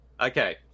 Okay